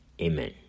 Amen